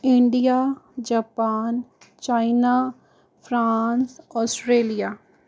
India Japan China France Australia